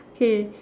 okay